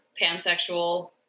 pansexual